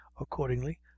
accordingly